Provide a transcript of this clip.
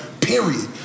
Period